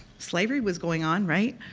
slavery was going on, right?